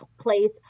place